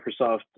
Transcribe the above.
Microsoft